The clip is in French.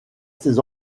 ses